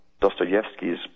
Dostoevsky's